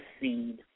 seed